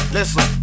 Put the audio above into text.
Listen